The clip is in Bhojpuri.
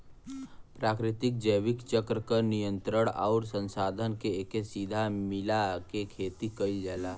प्राकृतिक जैविक चक्र क नियंत्रण आउर संसाधन के एके साथे मिला के खेती कईल जाला